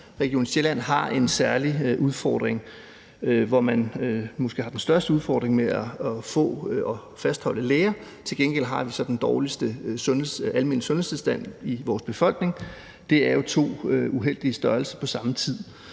Region Sjælland har en særlig udfordring og måske har den største udfordring med at få og fastholde læger; til gengæld har de så den dårligste almene sundhedstilstand i vores befolkning. Det er jo to uheldige størrelser på samme tid.